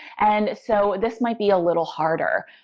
and so this might be a little harder.